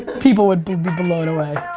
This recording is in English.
people would be be blown away.